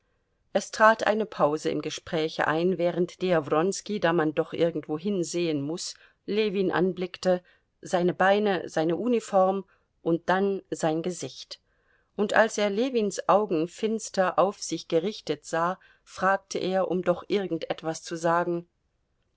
es trat eine pause im gespräche ein während der wronski da man doch irgendwohin sehen muß ljewin anblickte seine beine seine uniform und dann sein gesicht und als er ljewins augen finster auf sich gerichtet sah fragte er um doch irgend etwas zu sagen